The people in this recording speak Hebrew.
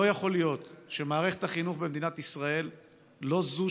לא יכול להיות שמערכת החינוך במדינת ישראל היא לא זו